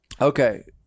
Okay